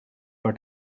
but